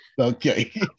Okay